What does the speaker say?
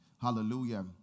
Hallelujah